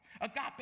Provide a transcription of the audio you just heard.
Agape